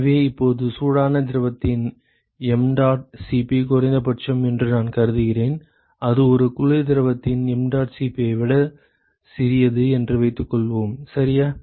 எனவே இப்போது சூடான திரவத்தின் mdot Cp குறைந்தபட்சம் என்று நான் கருதுகிறேன் அது ஒரு குளிர் திரவத்தின் mdot Cp ஐ விட சிறியது என்று வைத்துக்கொள்வோம் சரியா